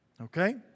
Okay